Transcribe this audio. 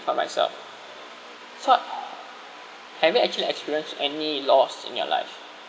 for myself so have you actually experienced any loss in your life